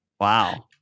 Wow